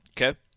Okay